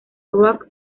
rock